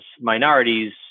minorities